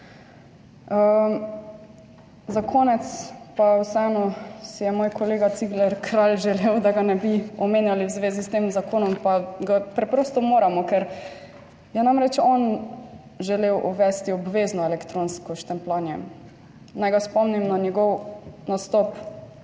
Za konec pa vseeno si je moj kolega Cigler Kralj želel, da ga ne bi omenjali v zvezi s tem zakonom, pa ga preprosto moramo, ker je namreč on želel uvesti obvezno elektronsko štempljanje. Naj ga spomnim na njegov nastop